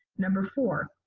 number four,